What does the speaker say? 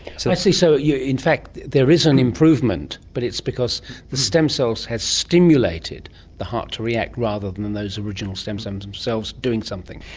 so i see, so yeah in fact there is an improvement but it's because the stem cells have stimulated the heart to react rather than than those original stem cells themselves doing something.